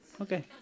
Okay